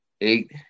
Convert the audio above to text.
eight